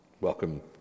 welcome